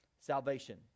salvation